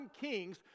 kings